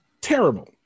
Terrible